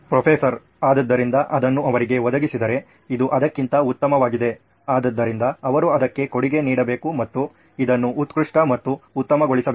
professor ಆದ್ದರಿಂದ ಅದನ್ನು ಅವರಿಗೆ ಒದಗಿಸಿದರೆ ಇದು ಅದಕ್ಕಿಂತ ಉತ್ತಮವಾಗಿದೆ ಆದ್ದರಿಂದ ಅವರು ಇದಕ್ಕೆ ಕೊಡುಗೆ ನೀಡಬೇಕು ಮತ್ತು ಇದನ್ನು ಉತ್ಕೃಷ್ಟ ಮತ್ತು ಉತ್ತಮಗೊಳಿಸಬೇಕು